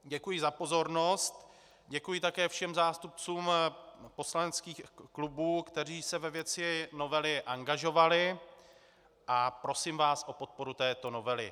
Děkuji za pozornost a děkuji také všem zástupcům poslaneckých klubů, kteří se ve věci novely angažovali, a prosím vás o podporu této novely.